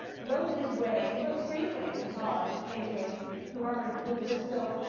wrote his way he wrote screenplays in college to pay his way through harvard, including this film,